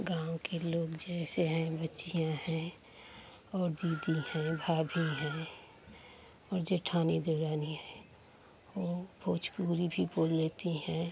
गाँव के लोग जैसे हैं बच्चियाँ हैं और दीदी हैं भाभी हैं और जेठानी देवरानी हैं ओ भोजपुरी भी बोल लेती हैं